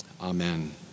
Amen